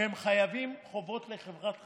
והם חייבים, בחובות לחברת חשמל,